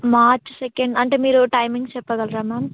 మార్చి second అంటే మీరు timings చెప్పగలరా మ్యామ్